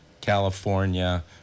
california